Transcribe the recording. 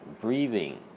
breathing